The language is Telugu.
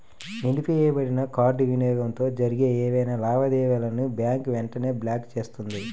నిలిపివేయబడిన కార్డ్ వినియోగంతో జరిగే ఏవైనా లావాదేవీలను బ్యాంక్ వెంటనే బ్లాక్ చేస్తుంది